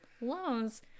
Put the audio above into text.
loans